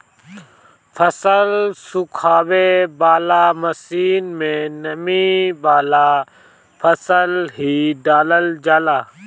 फसल सुखावे वाला मशीन में नमी वाला फसल ही डालल जाला